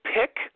pick